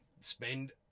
spend